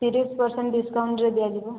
ତିରିଶ ପରସେଣ୍ଟ ଡିସକାଉଣ୍ଟରେ ଦିଆଯିବ